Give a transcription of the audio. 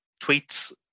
tweets